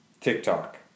TikTok